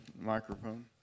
microphone